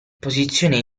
posizione